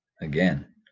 Again